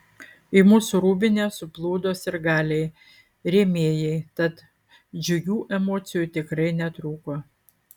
į mūsų rūbinę suplūdo sirgaliai rėmėjai tad džiugių emocijų tikrai netrūko